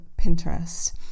Pinterest